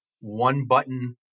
one-button